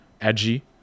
edgy